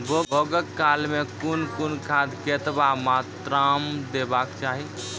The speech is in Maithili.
बौगक काल मे कून कून खाद केतबा मात्राम देबाक चाही?